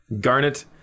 Garnet